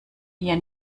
hier